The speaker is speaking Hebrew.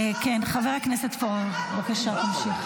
חבר הכנסת פורר, בבקשה תמשיך.